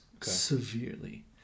severely